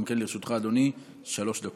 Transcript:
גם לרשותך, אדוני, שלוש דקות.